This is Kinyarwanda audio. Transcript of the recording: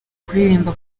kuririmba